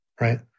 right